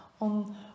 on